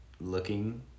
looking